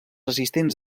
assistents